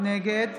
נגד